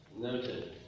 Noted